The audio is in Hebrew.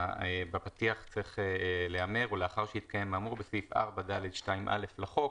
בפתיח צריך להיאמר: "ולאחר שהתקיים האמור בסעיף 4(ד)(2)(א) לחוק",